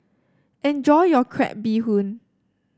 enjoy your Crab Bee Hoon